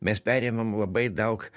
mes perėmėm labai daug